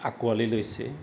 আঁকোৱালি লৈছে